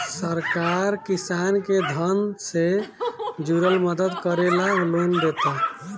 सरकार किसान के धन से जुरल मदद करे ला लोन देता